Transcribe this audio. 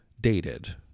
dated